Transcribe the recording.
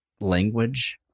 language